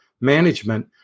management